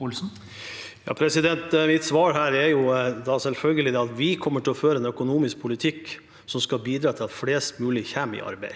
Mitt svar her er selvfølgelig at vi kommer til å føre en økonomisk politikk som skal bidra til at flest mulig kommer i arbeid,